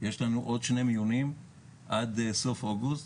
יש עוד שני מיונים עד סוף אוגוסט.